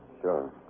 sure